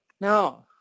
No